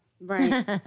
Right